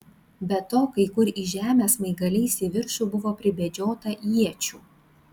be to kai kur į žemę smaigaliais į viršų buvo pribedžiota iečių